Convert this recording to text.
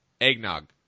eggnog